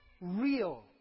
real